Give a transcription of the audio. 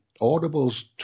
Audible's